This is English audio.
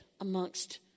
amongst